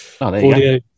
audio